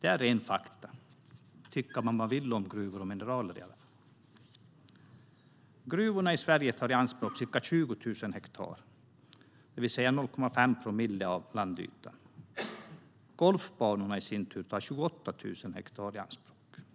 Det är rena fakta; sedan kan man tycka vad man vill om gruvor och mineraler. Gruvorna i Sverige tar i anspråk ca 20 000 hektar, det vill säga 0,5 promille av landytan. Golfbanorna, i sin tur, tar 28 000 hektar i anspråk av landytan.